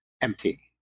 empty